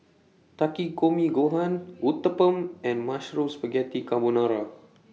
Takikomi Gohan Uthapam and Mushroom Spaghetti Carbonara